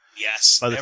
Yes